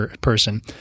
person